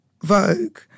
Vogue